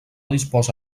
disposa